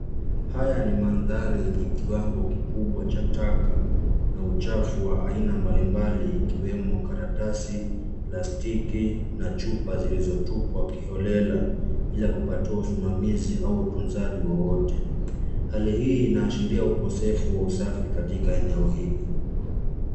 Haya ni mandhari yenye kiwango kikubwa cha taka na uchafu wa aina mbalimbali ikiwemo karatasi, plastiki na chupa zilizotupwa kiholela bila kupatiwa usimamizi au utunzaji wowote. Hali hii inaashiria ukosefu wa usafi katika eneo hili.